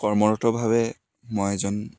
কৰ্মৰতভাৱে মই এজন